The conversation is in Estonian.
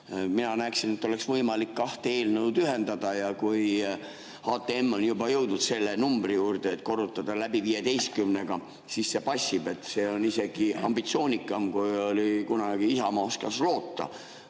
Mina näeksin, et oleks võimalik kahte eelnõu ühendada ja kui HTM on juba jõudnud selle numbri juurde, et korrutada läbi 15‑ga, siis see passib. See on isegi ambitsioonikam, kui Isamaa kunagi oskas loota,